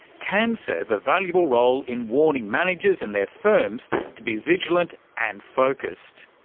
can serve a valuable role in warning managers and their firms to be vigilant and focussed.